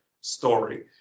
story